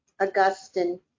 Augustine